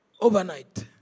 Overnight